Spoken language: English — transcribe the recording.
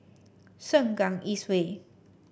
Sengkang East Way